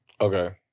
Okay